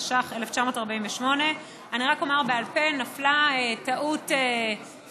התש"ח 1948. אני רק אומר בעל פה: טעות סופר